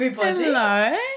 Hello